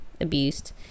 abused